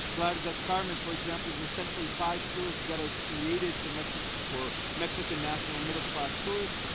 playa del carmen, for example, is essentially five tourist ghettos created for mexican for mexican national middle class tourists,